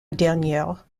dernière